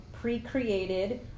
pre-created